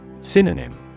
Synonym